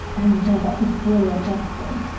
oh my god. that's a brilliant question.